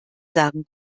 sagen